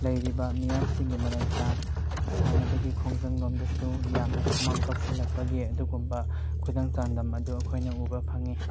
ꯂꯩꯔꯤꯕ ꯃꯌꯥꯝꯁꯤꯡꯒꯤ ꯃꯔꯛꯇ ꯁꯥꯟꯅꯕꯒꯤ ꯈꯣꯡꯖꯪ ꯂꯣꯝꯗꯁꯨ ꯌꯥꯝꯅ ꯈꯨꯃꯥꯡ ꯆꯥꯎꯁꯜꯂꯛꯄꯒꯤ ꯑꯗꯨꯒꯨꯝꯕ ꯈꯨꯗꯝ ꯆꯥꯡꯗꯝ ꯑꯗꯨ ꯑꯩꯈꯣꯏꯅ ꯎꯕ ꯐꯪꯏ